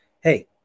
hey